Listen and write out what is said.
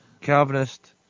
Calvinist